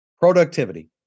Productivity